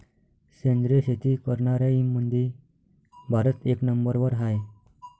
सेंद्रिय शेती करनाऱ्याईमंधी भारत एक नंबरवर हाय